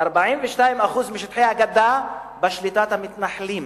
42% משטחי הגדה בשליטת המתנחלים,